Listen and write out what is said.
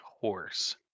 horse